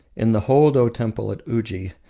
in the hoodo temple at uji,